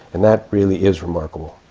and that really is remarkable.